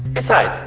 besides,